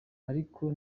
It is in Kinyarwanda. ariko